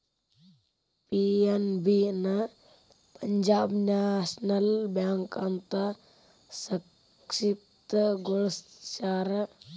PNB ನ Punjab National Bank ಅಂತ ಸಂಕ್ಷಿಪ್ತ ಗೊಳಸ್ಯಾರ